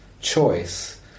choice